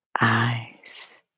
eyes